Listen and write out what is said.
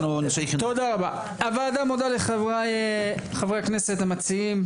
הוועדה מודה לחברי הכנסת המציעים.